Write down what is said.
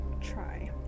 try